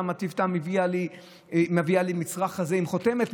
למה טיב טעם מביאה לה מצרך כזה עם חותמת?